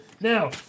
now